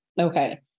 okay